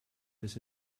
this